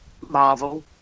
Marvel